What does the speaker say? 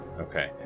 Okay